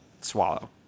Swallow